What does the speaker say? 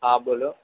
હા બોલો